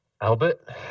Albert